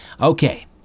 Okay